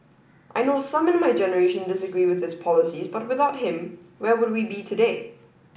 I know some in my generation disagree with his policies but without him where would we be today